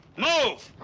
move.